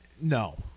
no